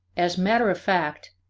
as matter of fact,